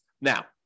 Now